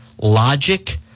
logic